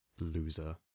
Loser